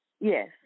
Yes